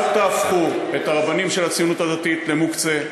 אל תהפכו את הרבנים של הציונות הדתית למוקצה,